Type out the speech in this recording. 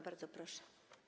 Bardzo proszę.